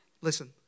Listen